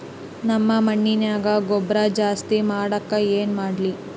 ನಮ್ಮ ಮಣ್ಣಿನ್ಯಾಗ ಗೊಬ್ರಾ ಜಾಸ್ತಿ ಮಾಡಾಕ ಏನ್ ಮಾಡ್ಲಿ?